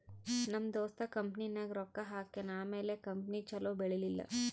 ನಮ್ ದೋಸ್ತ ಕಂಪನಿನಾಗ್ ರೊಕ್ಕಾ ಹಾಕ್ಯಾನ್ ಆಮ್ಯಾಲ ಕಂಪನಿ ಛಲೋ ಬೆಳೀಲಿಲ್ಲ